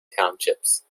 townships